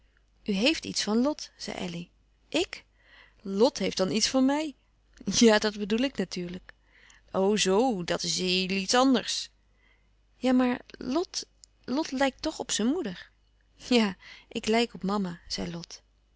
heeft iets van lot zei elly ik lot heeft dan iets van mij ja dat bedoel ik natuurlijk o zoo dat is heel iets anders ja maar lot lot lijkt toch op zijn moeder ja ik lijk op mama zei lot